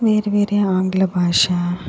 వెరు వేరే ఆంగ్ల భాష